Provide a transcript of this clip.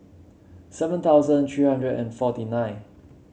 seven thousand three hundred and forty nine